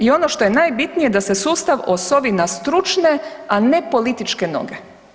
I ono što je najbitnije da se sustav osovi na stručne, a ne političke noge.